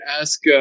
ask